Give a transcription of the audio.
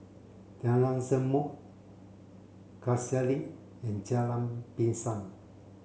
Jalan Zamrud Cassia Link and Jalan Pisang